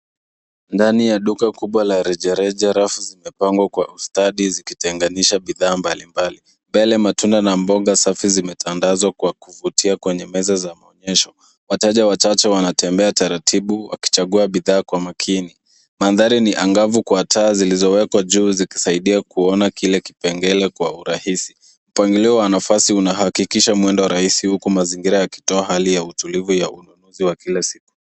Ndani ya duka kubwa la rejareja rafu zimepangwa kwa ustadi zikitenganisha bidhaa mbalimbali. Mbele matunda na mboga safi zimetandazwa kwa kuvutia kwenye meza za maonyesho. Wateja wachache wanatembea taratibu, wakichagua bidhaa kwa makini. Mandhari ni angavu kwa taa zilizowekwa juu zikisaidia kuona kile kipengele kwa urahisi. Mpangilio wa nafasi unahakikisha mwendo rahisi huku mazingira yakitoa hali ya utulivu ya ununuzi wa kila siku.